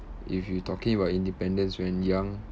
if you talking about independence when young